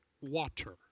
water